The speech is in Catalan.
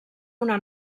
una